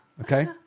Okay